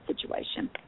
situation